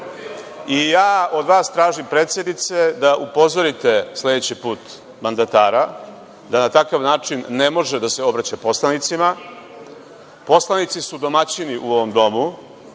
od vas tražim, predsednice, da upozorite sledeći put mandatara da na takav način ne može da se obraća poslanicima. Poslanici su domaćini u ovom domu.